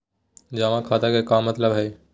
जमा खाता के का मतलब हई?